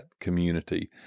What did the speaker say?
community